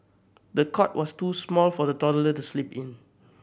the cot was too small for the toddler to sleep in